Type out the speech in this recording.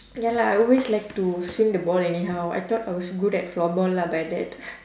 ya lah I always like to swing the ball anyhow I thought I was good at floorball lah but then